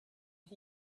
who